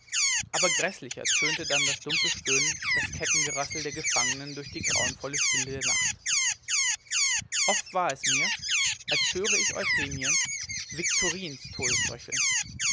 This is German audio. aber gräßlicher tönte dann das dumpfe stöhnen das kettengerassel der gefangenen durch die grauenvolle stille der nacht oft war es mir als höre ich